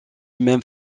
même